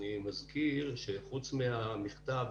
אני מזכיר שחוץ מהמכתב,